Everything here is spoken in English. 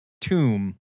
tomb